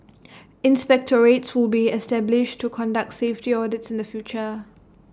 inspectorates will be established to conduct safety audits in the future